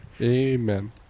Amen